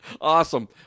Awesome